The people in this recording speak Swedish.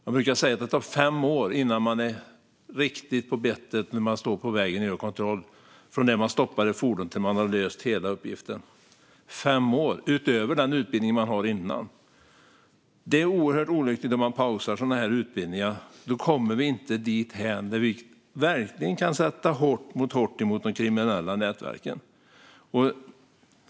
Det sägs att det tar fem år innan man är riktigt på bettet när det gäller att stå på vägen och göra kontroller - att stoppa fordon och lösa hela uppgiften - utöver den utbildning som man har sedan tidigare. Det är oerhört olyckligt att man pausar sådana utbildningar. Då kommer vi inte dithän att vi verkligen kan sätta hårt mot hårt mot de kriminella nätverken.